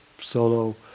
solo